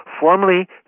formally